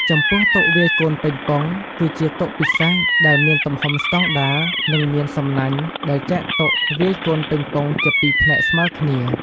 ចំពោះ តុវាយកូនប៉េងប៉ុង គឺជាតុពិសេសដែលមានទំហំស្តង់ដារ និងមានសំណាញ់ដែលចែកតុវាយកូនប៉េងប៉ុងជាពីផ្នែកស្មើគ្នា។